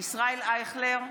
ישראל אייכלר,